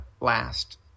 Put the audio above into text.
last